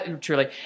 truly